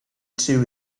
two